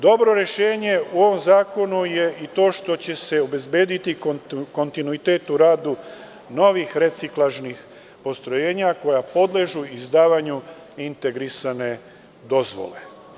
Dobro rešenje u ovom zakonu je i to što će se obezbediti kontinuitet u radu novih reciklažnih postrojenja koja podležu izdavanju integrisane dozvole.